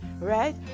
right